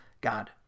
god